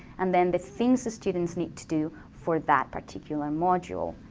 and then the things the students need to do for that particular module.